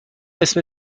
اسم